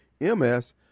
M-S